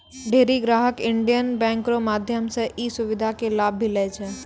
ढेरी ग्राहक Indian Bank रो माध्यम से ई सुविधा के लाभ लै छै